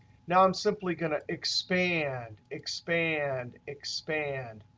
now i'm simply going to expand, expand, expand.